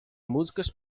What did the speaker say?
músicas